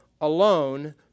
alone